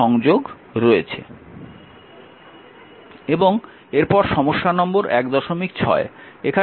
এবং এরপর সমস্যা নম্বর 16